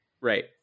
Right